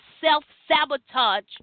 self-sabotage